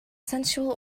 sensual